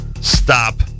Stop